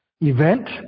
event